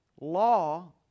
Law